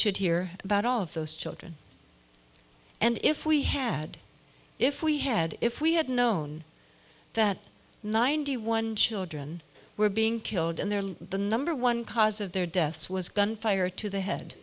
should hear about all of those children and if we had if we had if we had known that ninety one children were being killed and there the number one cause of their deaths was gunfire to the head